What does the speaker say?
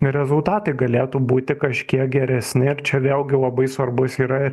rezultatai galėtų būti kažkiek geresni ir čia vėlgi labai svarbus yra